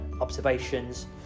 observations